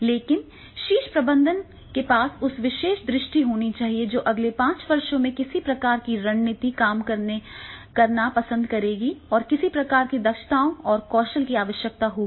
लेकिन शीर्ष प्रबंधन के पास उस विशेष दृष्टि होनी चाहिए कि अगले पांच वर्षों में किस प्रकार की रणनीति काम करना पसंद करेगी और किस प्रकार की दक्षताओं और कौशल की आवश्यकता होगी